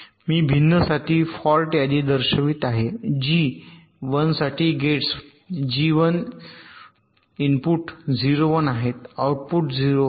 मी भिन्न साठी फॉल्ट यादी दर्शवित आहे जी 1 साठी गेट्स जी 1 इनपुट 0 1 आहेत आउटपुट 0 आहे